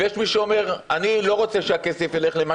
ויש מי שאומר: אני לא רוצה שהכסף ילך למה